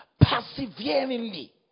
perseveringly